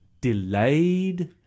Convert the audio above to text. delayed